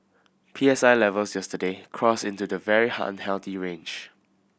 P S I levels yesterday crossed into the very unhealthy range